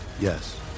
Yes